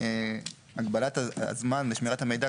הגבלת הזמן לשמירת המידע,